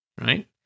Right